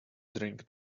drink